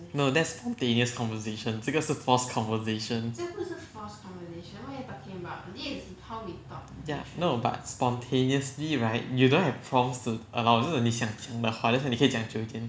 no that's spontaneous conversation 这个是 forced conversation ya no but spontaneously right you not have prompts to err 就是你想讲的话 that's why 你可以讲久一点